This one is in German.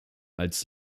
als